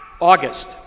August